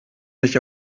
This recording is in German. nicht